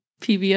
PBS